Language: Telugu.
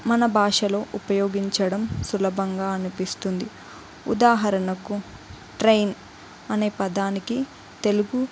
మన భాషలో ఉపయోగించడం సులభంగా అనిపిస్తుంది ఉదాహరణకు ట్రైన్ అనే పదానికి తెలుగు